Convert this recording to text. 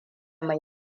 mai